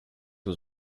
was